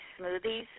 smoothies